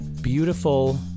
beautiful